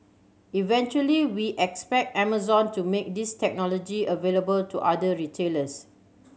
eventually we expect Amazon to make this technology available to other retailers